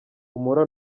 humura